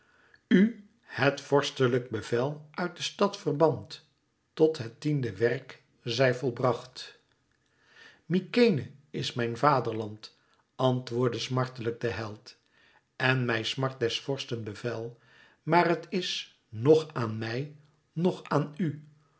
u het vorstelijk bevel uit de stad verbant tot het tiende werk zij volbracht mykenæ is mijn vaderland antwoordde smartelijk de held en mij smart des vorsten bevel maar het is noch aan mij noch aan u